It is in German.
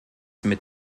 mit